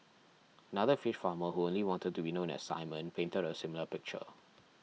another fish farmer who only wanted to be known as Simon painted a similar picture